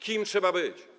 Kim trzeba być?